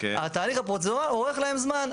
התהליך הפרוצדורלי אורך להם זמן.